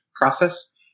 process